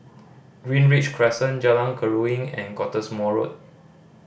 Greenridge Crescent Jalan Keruing and Cottesmore Road